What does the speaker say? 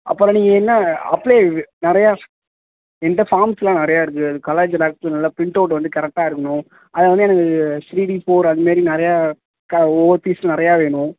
அப்புறம் நீங்கள் என்ன அப்ளை நிறையா என்கிட்ட ஃபார்ம்ஸ்லாம் நிறையா இருக்கு அது கலர் ஜெராக்ஸ் நல்லா ப்ரிண்ட்டவுட் வந்து கரெக்டாக இருக்கணும் அதை வந்து எனக்கு த்ரீடி ஃபோர் அதுமாரி நிறையா க ஒவ்வொரு பீஸ் நிறையா வேணும்